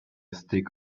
stick